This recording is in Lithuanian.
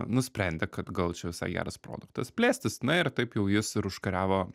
nusprendė kad gal čia visai geras produktas plėstis na ir taip jau jis ir užkariavo